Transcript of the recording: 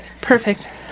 Perfect